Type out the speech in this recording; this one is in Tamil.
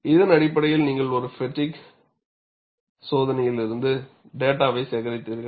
இதன் அடிப்படையில் நீங்கள் ஒரு ஃப்பெட்டிக் சோதனையிலிருந்து டேட்டாவை சேகரித்தீர்கள்